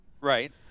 right